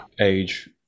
age